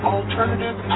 Alternative